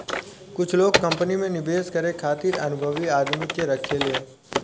कुछ लोग कंपनी में निवेश करे खातिर अनुभवी आदमी के राखेले